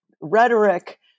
rhetoric